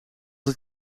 het